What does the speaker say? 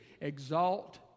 Exalt